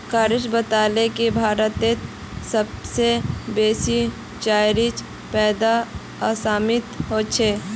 राकेश बताले की भारतत सबस बेसी चाईर पैदा असामत ह छेक